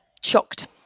shocked